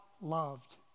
loved